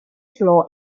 slow